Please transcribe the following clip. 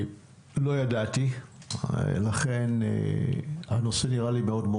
קודם כל לא ידעתי והנושא נראה לי מאוד מאוד